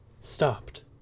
stopped